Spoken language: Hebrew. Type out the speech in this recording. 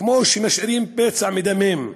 כמו שמשאירים פצע מדמם,